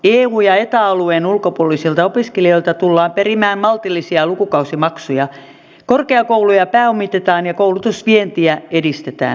eu ja eta alueen ulkopuolisilta opiskelijoilta tullaan perimään maltillisia lukukausimaksuja korkeakouluja pääomitetaan ja koulutusvientiä edistetään